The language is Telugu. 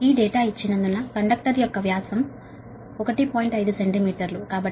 ఈ డేటా ఇచ్చినందున కండక్టర్ యొక్క డయామీటర్ 1